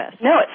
No